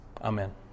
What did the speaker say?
Amen